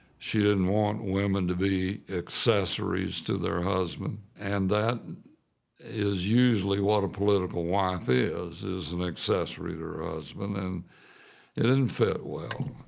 she didn't want women to be accessories to their husband, and that is usually what a political wife is, is an accessory to and it didn't fit well.